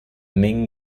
ming